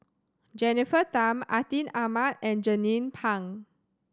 Jennifer Tham Atin Amat and Jernnine Pang